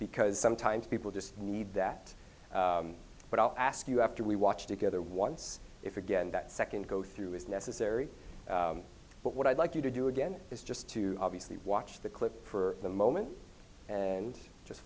because sometimes people just need that but i'll ask you after we watch together once if again that second go through is necessary but what i'd like you to do again is just to obviously watch the clip for the moment and just